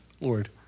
Lord